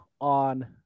on